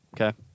Okay